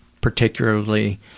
particularly